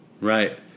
right